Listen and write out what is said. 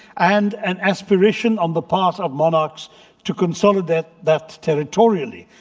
and an aspiration on the part of monarchs to consolidate that territorially.